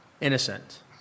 innocent